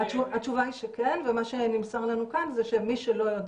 התשובה היא שכן ומה שנמסר לנו כאן זה שמי שלא יודע